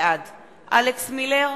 בעד אלכס מילר,